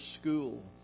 school